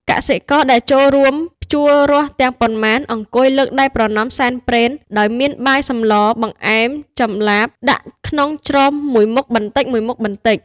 កសិករដែលចូលរួមភ្ជួររាស់ទាំងប៉ុន្មានអង្គុយ លើកដៃប្រណម្យសែនព្រេន ដោយមានបាយសម្ល បង្អែម ចម្លាប ដាក់ក្នុងច្រមមួយមុខបន្តិចៗ។